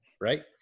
right